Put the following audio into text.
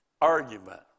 argument